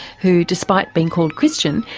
who, despite being called christian,